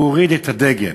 הוא הוריד את הדגל.